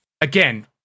Again